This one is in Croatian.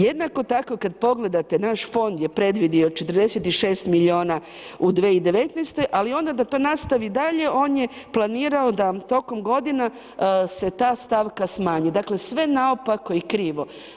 Jednako tako kad pogledate naš fond je predvidio 46 miliona u 2019., ali onda da to nastavi dalje on je planirao da tokom godina se ta stavka smanji, dakle sve naopako i krivo.